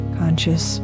conscious